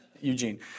Eugene